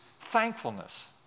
thankfulness